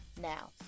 Now